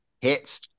hits